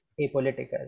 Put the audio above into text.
apolitical